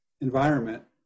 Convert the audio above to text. environment